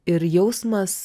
ir jausmas